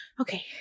Okay